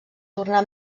tornà